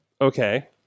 Okay